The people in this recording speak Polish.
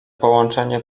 połączenie